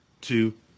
two